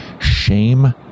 Shame